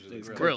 grill